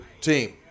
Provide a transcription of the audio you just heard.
team